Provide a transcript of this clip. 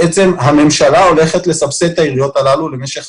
הממשלה הולכת לסבסד את העיריות הללו למשך